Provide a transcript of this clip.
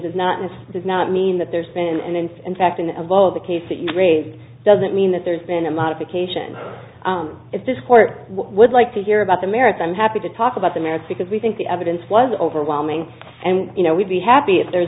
of not this does not mean that there's been and in fact in of all of the case that you raised doesn't mean that there's been a modification if this court would like to hear about the merits i'm happy to talk about the merits because we think the evidence was overwhelming and you know we'd be happy if there's